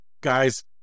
guys